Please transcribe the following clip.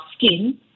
skin